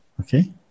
Okay